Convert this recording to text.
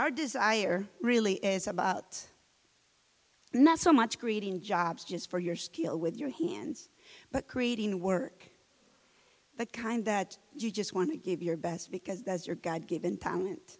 our desire really is about not so much creating jobs just for your skill with your hands but creating work the kind that you just want to give your best because that's your god given talent